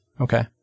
Okay